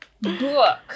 Book